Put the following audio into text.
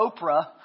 Oprah